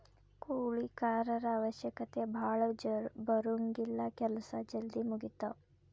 ಕೂಲಿ ಕಾರರ ಅವಶ್ಯಕತೆ ಭಾಳ ಬರುಂಗಿಲ್ಲಾ ಕೆಲಸಾ ಜಲ್ದಿ ಮುಗಿತಾವ